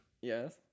Yes